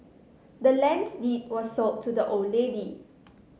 the land's deed was sold to the old lady